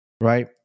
right